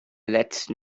letzten